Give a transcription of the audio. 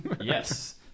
yes